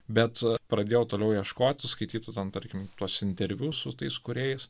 bet pradėjau toliau ieškoti skaityti ten tarkim tuos interviu su tais kūrėjais